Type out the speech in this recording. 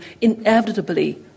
inevitably